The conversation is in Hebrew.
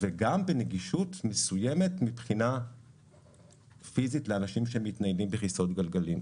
וגם בנגישות מסוימת מבחינה פיזית לאנשים שמתניידים בכיסאות גלגלים.